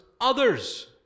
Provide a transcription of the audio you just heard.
others